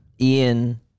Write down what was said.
Ian